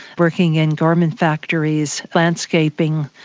working in garment factories, landscaping,